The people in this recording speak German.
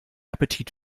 appetit